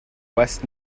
west